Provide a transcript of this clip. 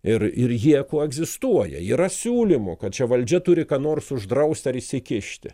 ir ir jie koegzistuoja yra siūlymų kad čia valdžia turi ką nors uždrausti ar įsikišti